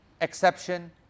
exception